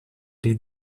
les